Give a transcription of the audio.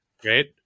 great